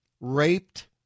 raped